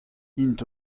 int